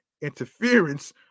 interference